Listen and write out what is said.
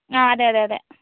ആ അതേയതേയതേ